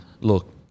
look